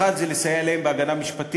דבר אחד זה לסייע להם בהגנה משפטית,